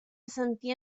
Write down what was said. sentia